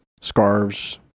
scarves